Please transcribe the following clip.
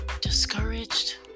Discouraged